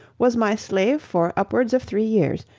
was my slave for upwards of three years,